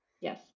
Yes